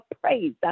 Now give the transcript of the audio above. praise